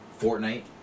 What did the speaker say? Fortnite